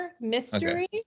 mystery